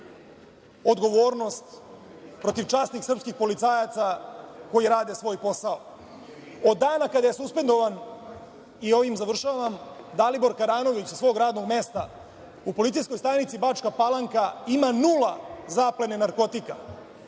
odgovornost protiv časnih srpskih policajaca koji rade svoj posao. Od dana kada je suspendovan, i ovim završavam, Dalibor Karanović sa svog radnog mesta u policijskoj stanici Bačka Palanka ima nula zaplene narkotika